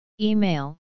Email